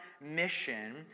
mission